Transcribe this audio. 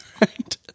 Right